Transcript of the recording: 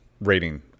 rating